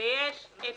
ויש את